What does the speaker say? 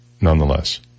nonetheless